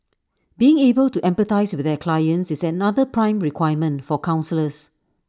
being able to empathise with their clients is another prime requirement for counsellors